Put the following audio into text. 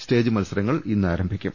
stage മത്സര ങ്ങൾ ഇന്നാരംഭിക്കും